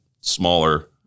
smaller